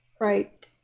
Right